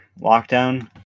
lockdown